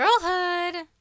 Girlhood